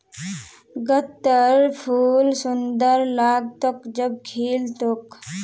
गत्त्रर फूल सुंदर लाग्तोक जब खिल तोक